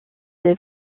des